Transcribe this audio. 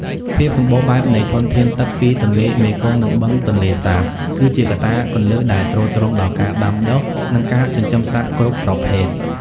ភាពសម្បូរបែបនៃធនធានទឹកពីទន្លេមេគង្គ និងបឹងទន្លេសាប គឺជាកត្តាគន្លឹះដែលទ្រទ្រង់ដល់ការដាំដុះ និងការចិញ្ចឹមសត្វគ្រប់ប្រភេទ។